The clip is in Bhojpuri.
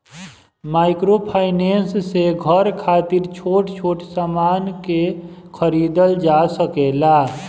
माइक्रोफाइनांस से घर खातिर छोट छोट सामान के खरीदल जा सकेला